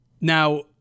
Now